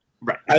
Right